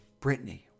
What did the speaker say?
Britney